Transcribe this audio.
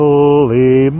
Holy